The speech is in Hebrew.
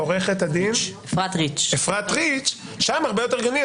עורכת הדין, אפרת ריץ, שם הרבה יותר הגיוני.